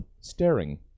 Staring